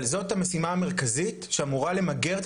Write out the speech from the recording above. אבל זאת המשימה המרכזית שאמורה למגר את